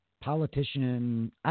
politician